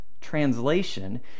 translation